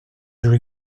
joue